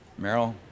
meryl